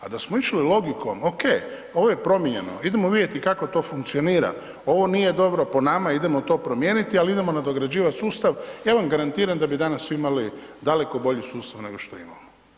A da smo išli logikom OK ovo je promijenjeno idemo vidjeti kako to funkcionira, ovo nije dobro po nama idemo to promijeniti ali idemo nadograđivati sustav, ja vam garantiram da bi danas svi imali daleko bolji sustav nego što imamo.